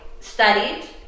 studied